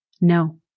No